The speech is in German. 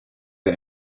der